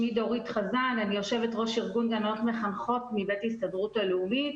אני יו"ר ארגון גננות מחנכות מבית ההסתדרות הלאומית.